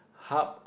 hub